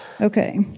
Okay